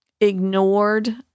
ignored